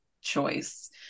choice